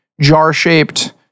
jar-shaped